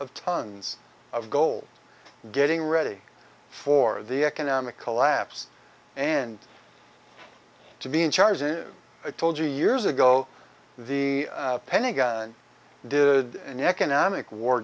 of tons of gold getting ready for the economic collapse and to be in charge and told you years ago the pentagon did an economic war